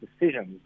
decisions